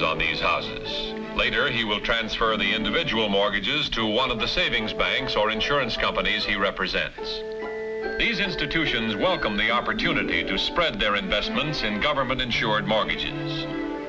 s on these us later he will transfer the individual mortgages to one of the savings banks or insurance companies he represents these institutions welcome the opportunity to spread their investments in government insured mortgages